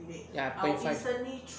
ya point five